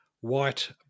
white